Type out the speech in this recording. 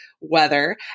weather